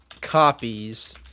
copies